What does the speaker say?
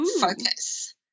focus